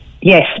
Yes